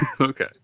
okay